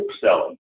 selling